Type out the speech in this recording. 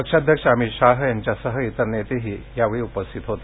पक्षाध्यक्ष अमित शहा यांच्यासह इतर नेतेही यावेळी उपस्थित होते